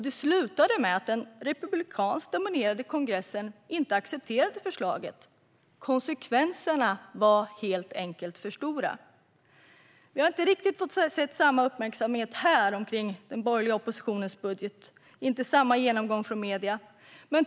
Det slutade med att den republikanskt dominerade kongressen inte accepterade förslaget. Konsekvenserna var helt enkelt för stora. Vi har inte riktigt fått se samma uppmärksamhet här i Sverige när det gäller den borgerliga oppositionens budget och inte samma genomgång av medierna.